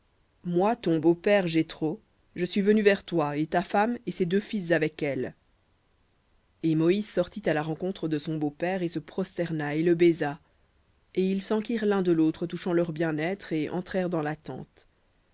moi ton beau-père jéthro je suis venu vers toi et ta femme et ses deux fils avec elle et moïse sortit à la rencontre de son beau-père et se prosterna et le baisa et ils s'enquirent l'un de l'autre touchant leur bien-être et entrèrent dans